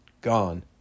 gone